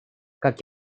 как